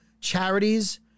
charities